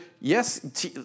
yes